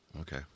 Okay